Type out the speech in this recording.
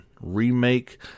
Remake